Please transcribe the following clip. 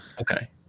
Okay